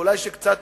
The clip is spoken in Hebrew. ואולי קצת